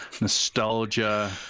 nostalgia